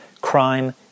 crime